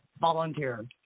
volunteer